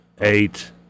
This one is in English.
eight